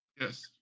Yes